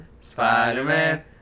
Spider-Man